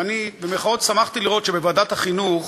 ואני "שמחתי" לראות שבוועדת החינוך